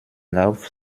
lauf